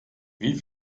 wie